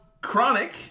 Chronic